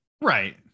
Right